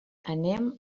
anem